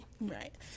right